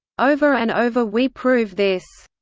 over and over we prove this.